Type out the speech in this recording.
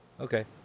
Okay